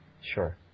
Sure